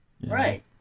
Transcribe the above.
Right